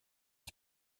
was